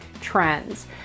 trends